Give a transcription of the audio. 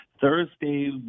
Thursday